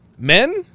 Men